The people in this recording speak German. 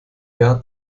jahr